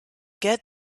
get